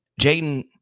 Jaden